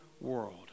world